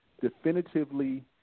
Definitively